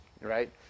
Right